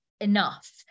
enough